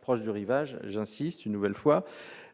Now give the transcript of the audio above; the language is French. proches du rivage.